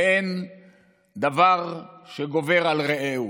ואין דבר שגובר על רעהו,